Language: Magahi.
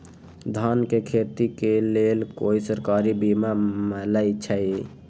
धान के खेती के लेल कोइ सरकारी बीमा मलैछई?